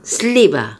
sleep ah